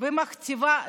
ומכתיבה לרוב,